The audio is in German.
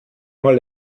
mal